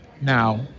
now